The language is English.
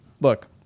look